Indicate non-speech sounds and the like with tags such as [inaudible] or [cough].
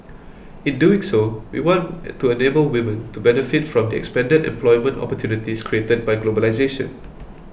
in doing so we want [unintelligible] to enable women to benefit from the expanded employment opportunities created by globalisation